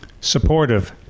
supportive